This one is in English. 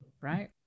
right